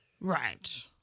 Right